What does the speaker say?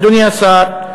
אדוני השר,